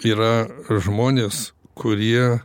yra žmonės kurie